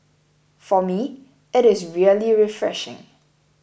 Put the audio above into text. for me it is really refreshing